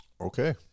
Okay